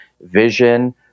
vision